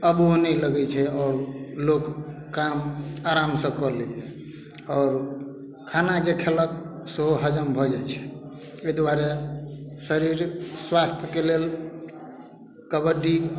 अब ओ नहि लगै छै आओर लोक काम आरामसँ कऽ लैया आओर खाना जे खेलक सेहो हजम भऽ जाइ छै एहि दुआरे शरीर स्वास्थ्यके लेल कबड्डी